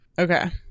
Okay